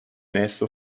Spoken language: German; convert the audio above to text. nächste